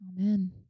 Amen